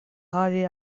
havi